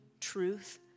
truth